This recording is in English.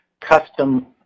custom